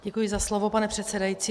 Děkuji za slovo, pane předsedající.